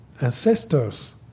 ancestors